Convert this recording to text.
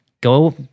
Go